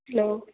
hello